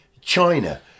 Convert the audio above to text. China